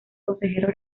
consejeros